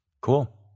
Cool